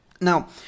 Now